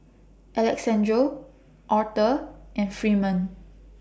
Alexandro Aurthur and Freeman